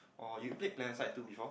or you played PlanetSide Two before